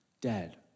dead